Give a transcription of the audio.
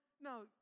no